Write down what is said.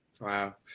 wow